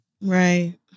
right